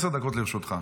עשר דקות לרשותך.